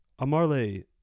Amarle